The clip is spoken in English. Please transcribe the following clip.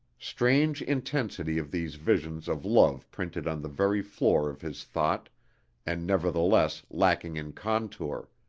strange intensity of these visions of love printed on the very floor of his thought and nevertheless lacking in contour!